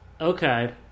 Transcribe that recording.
Okay